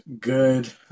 good